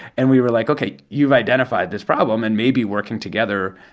and we were like, ok, you've identified this problem. and maybe working together,